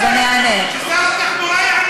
ששר התחבורה יענה.